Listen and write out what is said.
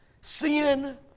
sin